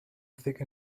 thick